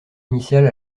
initial